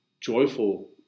joyful